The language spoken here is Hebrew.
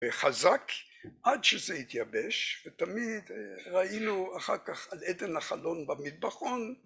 וחזק עד שזה יתייבש ותמיד ראינו אחר כך על אדן החלון במטבחון